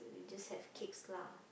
you just have cakes lah